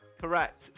Correct